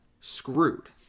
screwed